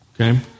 Okay